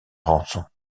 rançon